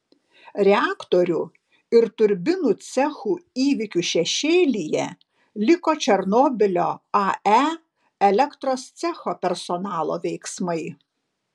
reaktorių ir turbinų cechų įvykių šešėlyje liko černobylio ae elektros cecho personalo veiksmai